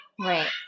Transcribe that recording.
Right